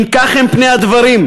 אם כך הם פני הדברים,